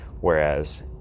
whereas